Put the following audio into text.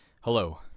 Hello